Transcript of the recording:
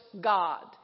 God